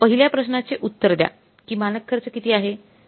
तर पहिल्या प्रश्नाचे उत्तर द्या की मानक खर्च किती आहे